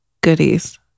goodies